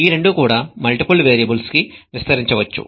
ఈ రెండూ కూడా మల్టిపుల్ వేరియబుల్స్ కి విస్తరించవచ్చు